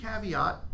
caveat